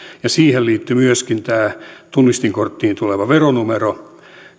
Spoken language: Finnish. ja siihen liittyi myöskin tämä tunnistinkorttiin tuleva veronumero